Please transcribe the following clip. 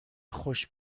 خوش